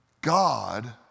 God